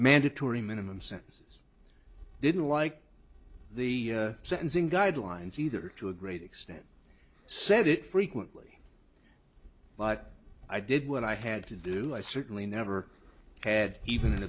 mandatory minimum sentences i didn't like the sentencing guidelines either to a great extent said it frequently but i did what i had to do i certainly never had even an